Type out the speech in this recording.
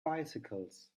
bicycles